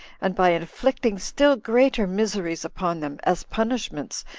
and by inflicting still greater miseries upon them, as punishments,